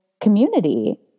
community